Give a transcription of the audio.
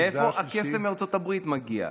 מאיפה הכסף מארצות הברית מגיע?